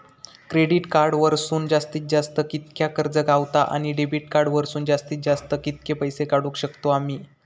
Credit card वरसून जास्तीत जास्त कितक्या कर्ज गावता, आणि डेबिट कार्ड वरसून जास्तीत जास्त कितके पैसे काढुक शकतू आम्ही?